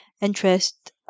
interest